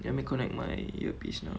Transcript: let me connect my earpiece now